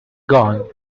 gone